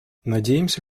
надеемся